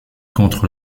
contre